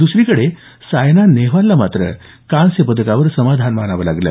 दुसरीकडे सायना नेहवालला मात्र कांस्य पदकावर समाधान मानावं लागलं